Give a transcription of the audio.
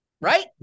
right